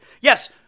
Yes